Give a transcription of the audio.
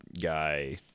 guy